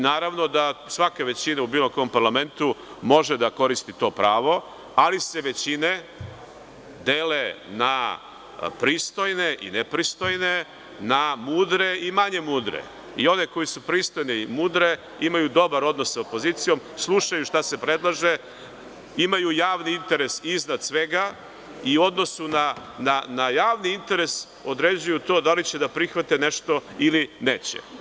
Naravno da svaka većina u bilo kom parlamentu može da koristi to pravo, ali se većine dele na pristojne i nepristojne, na mudre i manje mudre, i one koje su pristojne i mudre ima dobar odnos sa opozicijom, slušaju šta se predlaže, imaju javni interes iznad svega i u odnosu na javni interes određuju to da li će da prihvate nešto ili neće.